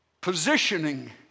positioning